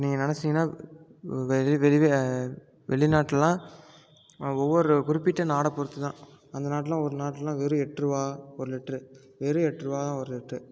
நீங்கள் நெனச்சிங்கன்னால் வெளி வெளி வெளிவ வெளிநாட்டுலேலாம் ஒவ்வொரு குறிப்பிட்ட நாடை பொறுத்து தான் அந்த நாட்டுலேலாம் ஒரு நாட்டுலேலாம் வெறும் எட்டு ருபா ஒரு லிட்டரு வெறும் எட்டு ருபா தான் ஒரு லிட்டரு